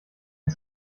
ein